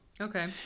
Okay